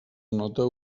nota